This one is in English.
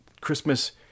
Christmas